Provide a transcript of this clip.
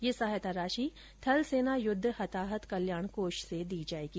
यह सहायता राशि थल सेना युद्ध हताहत कल्याण कोष से दी जायेगी